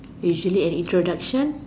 usually an introduction